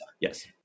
Yes